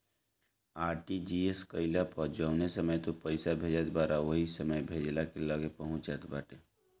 RTGS कईला पअ जवने समय तू पईसा भेजत बाटअ उ ओही समय भेजे वाला के लगे पहुंच जात बाटे